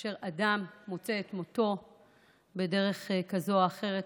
כאשר אדם מוצא את מותו בדרך כזאת או אחרת,